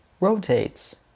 rotates